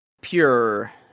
pure